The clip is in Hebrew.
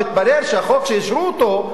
מתברר שהחוק שאישרו אותו,